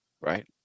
right